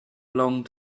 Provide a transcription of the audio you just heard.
long